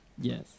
yes